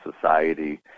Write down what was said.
society